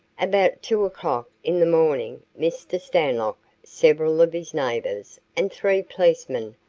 about two o'clock in the morning mr. stanlock, several of his neighbors, and three policemen,